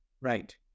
Right